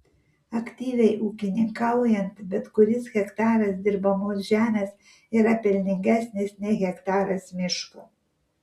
aktyviai ūkininkaujant bet kuris hektaras dirbamos žemės yra pelningesnis nei hektaras miško